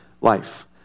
life